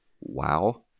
Wow